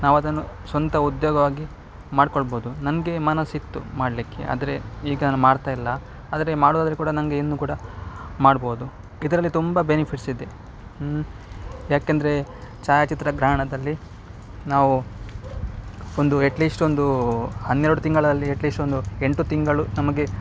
ನಾವದನ್ನು ಸ್ವಂತ ಉದ್ಯೋಗವಾಗಿ ಮಾಡಿಕೊಳ್ಬೋದು ನನಗೆ ಮನಸ್ಸಿತ್ತು ಮಾಡಲಿಕ್ಕೆ ಆದರೆ ಈಗ ನಾ ಮಾಡ್ತಾ ಇಲ್ಲ ಆದರೆ ಮಾಡೋದಾದ್ರೆ ಕೂಡ ನನಗೆ ಇನ್ನು ಕೂಡ ಮಾಡ್ಬೋದು ಇದರಲ್ಲಿ ತುಂಬ ಬೆನಿಫಿಟ್ಸ್ ಇದೆ ಯಾಕೆಂದರೆ ಛಾಯಾಚಿತ್ರ ಗ್ರಹಣದಲ್ಲಿ ನಾವು ಒಂದು ಎಟ್ಲೀಶ್ಟ್ ಒಂದು ಹನ್ನೆರಡು ತಿಂಗಳಲ್ಲಿ ಎಟ್ಲೀಸ್ಟ್ ಒಂದು ಎಂಟು ತಿಂಗಳು ನಮಗೆ